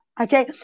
Okay